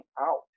out